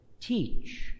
teach